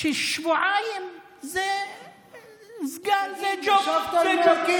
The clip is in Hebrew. ששבועיים סגן זה ג'וב.